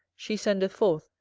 she sendeth forth,